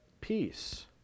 peace